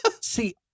See